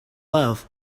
love